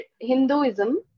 Hinduism